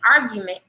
argument